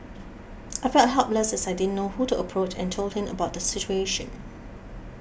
I felt helpless as I didn't know who to approach and told him about the situation